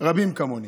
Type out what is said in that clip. רבים כמוני.